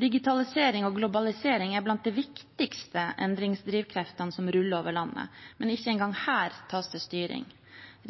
Digitalisering og globalisering er blant de viktigste endringsdrivkreftene som ruller over landet, men ikke engang her tas det styring.